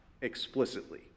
explicitly